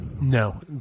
no